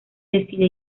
decide